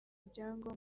ibyangombwa